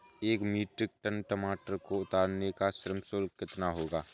एक metric tonne टमाटर को उतारने का श्रम शुल्क कितना होगा?